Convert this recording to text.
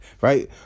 right